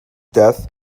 death